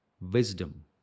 Wisdom